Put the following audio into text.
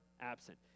absent